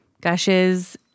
gushes